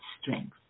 strength